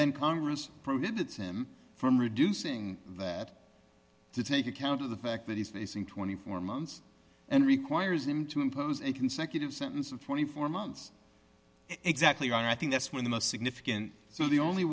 then congress prohibit him from reducing that to take account of the fact that he's facing twenty four months and requires him to impose a consecutive sentence of twenty four months exactly i think that's when the most significant so the only